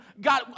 God